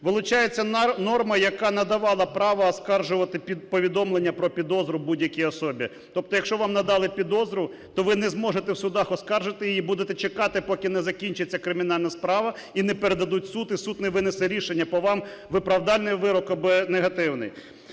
Вилучається норма, яка надавала право оскаржувати повідомлення про підозру будь-якій особі. Тобто якщо вам надали підозру, то ви не зможете в судах оскаржити її і будете чекати, поки не закінчиться кримінальна справа і не передадуть в суд, і суд не винесене рішення по вам – виправдальний вирок або негативний.